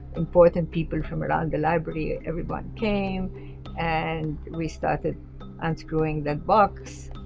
important people from around the library. everybody came and we started unscrewing the box.